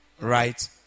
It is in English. right